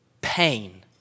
pain